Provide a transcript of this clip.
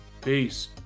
Peace